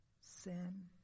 Sin